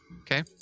Okay